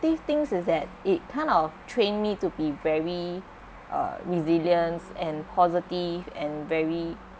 things is that it kind of trained me to be very uh resilience and positive and very